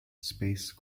space